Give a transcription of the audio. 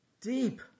deep